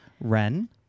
Ren